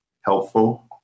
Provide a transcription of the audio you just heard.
helpful